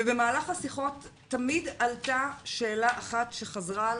ובמהלך השיחות תמיד עלתה שאלה אחת שחזרה על